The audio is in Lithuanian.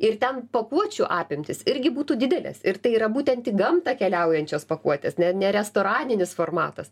ir ten pakuočių apimtys irgi būtų didelės ir tai yra būtent į gamtą keliaujančios pakuotės ne ne restoraninis formatas